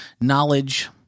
knowledge